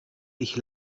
ich